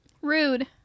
Rude